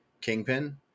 Kingpin